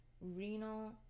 Renal